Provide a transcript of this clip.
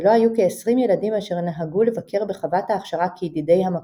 ולו היו כעשרים ילדים אשר נהגו לבקר בחוות ההכשרה כידידי המקום.